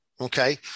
okay